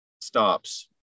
stops